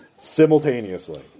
simultaneously